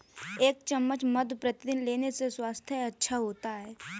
एक चम्मच मधु प्रतिदिन लेने से स्वास्थ्य अच्छा रहता है